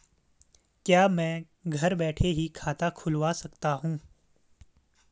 क्या मैं घर बैठे ही खाता खुलवा सकता हूँ?